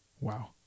Wow